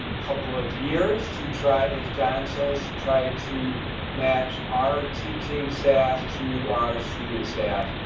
um couple of years to try, as john says, to try to match our teaching staff to our student staff